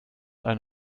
ein